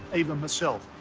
even myself.